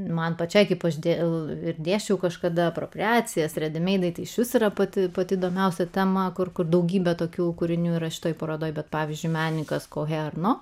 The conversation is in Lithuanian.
man pačiai kaip aš dėl ir dėsčiau kažkada tai išvis yra pati pati įdomiausia tema kur kur daugybė tokių kūrinių yra šitoje parodoje bet pavyzdžiui menininkas kokią ar nu